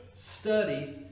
study